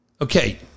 okay